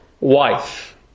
wife